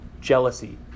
jealousy